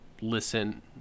listen